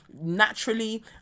naturally